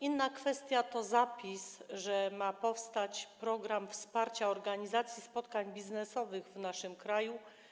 Inna kwestia to zapis, że ma powstać program wsparcia organizacji spotkań biznesowych w naszym kraju.